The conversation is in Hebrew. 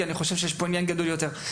כי אני חושב שיש פה עניין גדול יותר.